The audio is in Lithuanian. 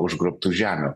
užgrobtų žemių